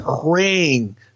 praying –